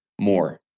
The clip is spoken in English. more